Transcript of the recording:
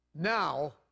Now